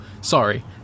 Sorry